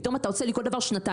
פתאום אתה עושה לי כל דבר שנתיים.